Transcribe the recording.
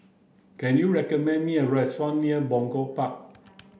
can you recommend me a restaurant near Punggol Park